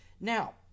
now